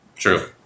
True